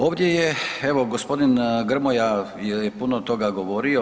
Ovdje je evo gospodin Grmoja je puno toga govorio.